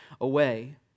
away